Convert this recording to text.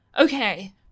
Okay